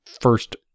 first